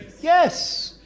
yes